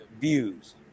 views